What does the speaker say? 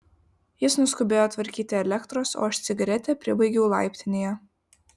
jis nuskubėjo tvarkyti elektros o aš cigaretę pribaigiau laiptinėje